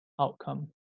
outcome